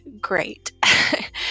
great